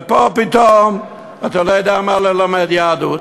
ופה פתאום אתה לא יודע מה זה ללמד יהדות.